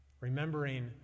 remembering